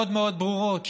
מאוד מאוד ברורות,